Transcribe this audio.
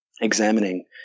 examining